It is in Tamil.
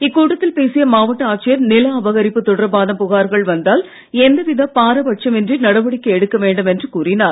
இக்கூட்டத்தில் பேசிய மாவட்ட ஆட்சியர் நில அபகரிப்பு தொடர்பான புகார்கள் வந்தால் எந்தவித பாரபட்சமின்றி நடவடிக்கை எடுக்க வேண்டும் என்று கூறினார்